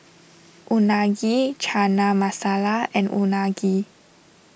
Unagi Chana Masala and Unagi